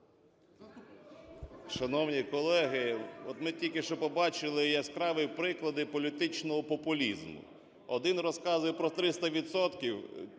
Шановні колеги, от ми тільки що побачили яскраві приклади політичного популізму, один розказує про 300